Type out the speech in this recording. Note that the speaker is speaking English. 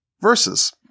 verses